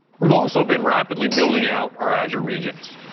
we've also been rapidly building out our azure regions.